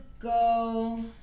go